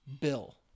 bill